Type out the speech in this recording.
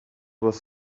was